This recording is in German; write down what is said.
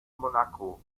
monaco